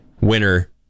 winner